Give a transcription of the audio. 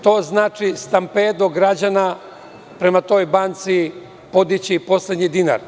To znači stampedo građana prema toj banci podići i poslednji dinar.